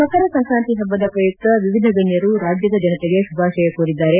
ಮಕರ ಸಂಕ್ರಾಂತಿ ಹಬ್ಬದ ಪ್ರಯುಕ್ತ ವಿವಿಧ ಗಣ್ಯರು ರಾಜ್ಯದ ಜನತೆಗೆ ಶುಭಾಶಯ ಕೋರಿದ್ದಾರೆ